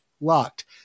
locked